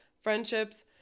friendships